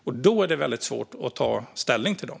Och då är det väldigt svårt att ta ställning till dem.